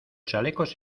chalecos